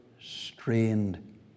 strained